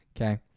okay